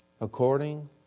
according